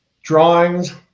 drawings